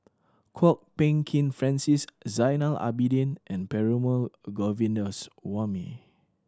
Kwok Peng Kin Francis Zainal Abidin and Perumal Govindaswamy